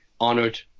honoured